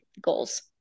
goals